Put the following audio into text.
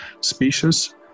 species